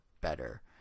better